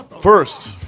first